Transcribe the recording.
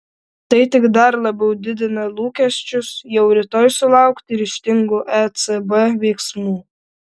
tai tik dar labiau didina lūkesčius jau rytoj sulaukti ryžtingų ecb veiksmų